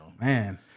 Man